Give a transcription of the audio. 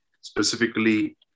specifically